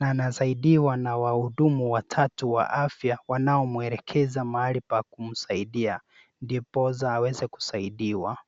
na anasaidiwa na wahudumu watatu wa afya wanaomuelekeza mahali pa kumsaidia ndiposa aweze kusaidiwa.